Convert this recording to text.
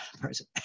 person